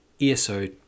eso